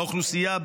שליטה באוכלוסייה,